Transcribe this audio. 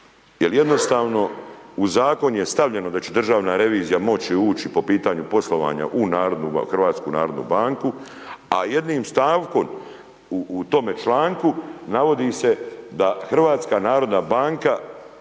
jer jednostavno u zakon je stavljeno da će državna revizija moći ući po pitanju poslovanja u HNB, a jednim stavkom u tome članku navodi se da HNB nije dužna